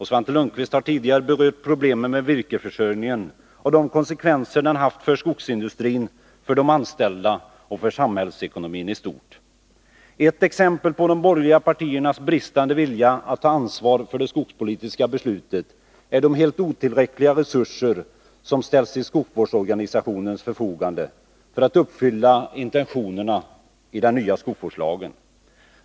Svante Lundkvist har tidigare berört problemen med virkesförsörjningen och konsekvenserna härvidlag för skogsindustrin, för de anställda och för samhällsekonomin i stort. Ett exempel på de borgerliga partiernas bristande vilja att ta ansvar för det skogspolitiska beslutet är de helt otillräckliga resurser som ställts till skogsvårdsorganisationens förfogande för att man skall kunna uppfylla intentionerna i den nya skogsvårdslagen.